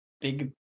Big